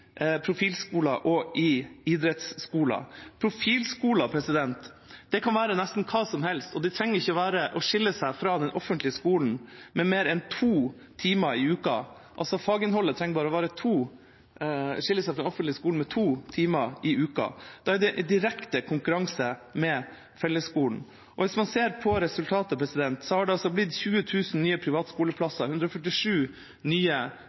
profilskoler og i idrettsskoler. Profilskoler kan være nesten hva som helst, og de trenger ikke å skille seg fra den offentlige skolen med mer enn to timer i uka – faginnholdet trenger altså bare å skille seg fra den offentlige skolen med to timer i uka. Da er det direkte konkurranse med fellesskolen. Hvis man ser på resultatet, har det blitt 20 000 nye privatskoleplasser, 147 nye